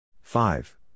Five